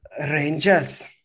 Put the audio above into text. Rangers